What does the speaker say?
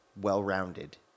well-rounded